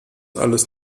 alles